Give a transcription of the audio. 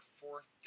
fourth